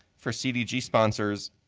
for cdg sponsors